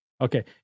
Okay